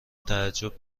تعجب